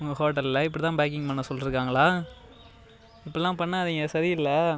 உங்கள் ஹோட்டலில் இப்படி தான் பேக்கிங் பண்ண சொல்லிருக்காங்களா இப்படிலாம் பண்ணாதீங்க சரி இல்லை